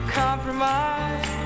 compromise